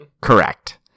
correct